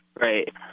Right